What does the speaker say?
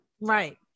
Right